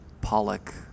Pollock